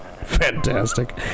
Fantastic